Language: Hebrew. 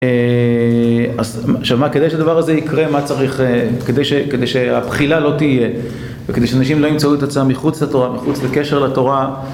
עכשיו כדי שהדבר הזה יקרה מה צריך, כדי שהבחילה לא תהיה, וכדי שאנשים לא ימצאו את עצם מחוץ לתורה, מחוץ לקשר לתורה